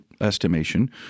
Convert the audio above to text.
estimation